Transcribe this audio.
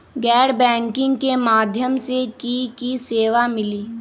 गैर बैंकिंग के माध्यम से की की सेवा मिली?